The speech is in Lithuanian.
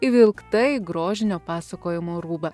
įvilkta į grožinio pasakojimo rūbą